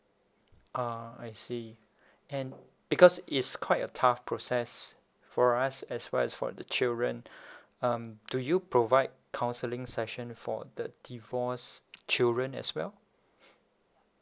ah I see and because it's quite a tough process for us as well as for the children um do you provide counseling session for the divorce children as well